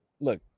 Look